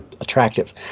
attractive